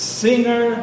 singer